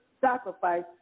sacrifice